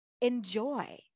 enjoy